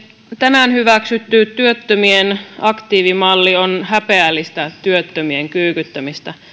tänään hyväksytty työttömien aktiivimalli on häpeällistä työttömien kyykyttämistä